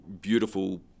beautiful